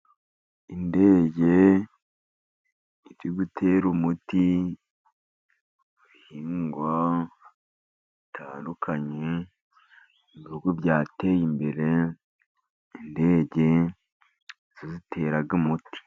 Indege iri gutera umuti ibihingwa bitandukanye. Ibihugu byateye imbere indege nizo zitera umuti.